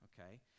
okay